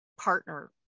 partner